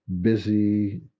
busy